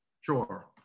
sure